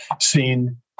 seen